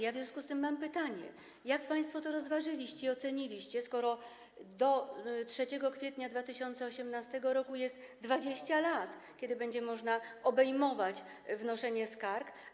Ja w związku z tym mam pytanie, jak państwo to rozważyliście i oceniliście, skoro do 3 kwietnia 2018 r. jest 20 lat, kiedy będzie można obejmować wnoszenie skarg.